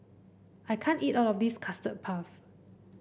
I can't eat all of this Custard Puff